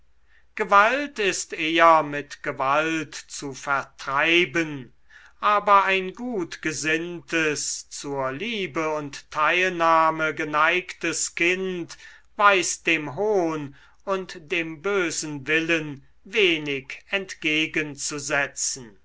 gewalt ist eher mit gewalt zu vertreiben aber ein gut gesinntes zur liebe und teilnahme geneigtes kind weiß dem hohn und dem bösen willen wenig entgegenzusetzen